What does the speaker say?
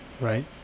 right